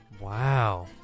Wow